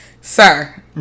sir